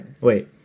wait